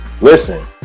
listen